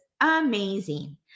Amazing